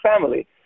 family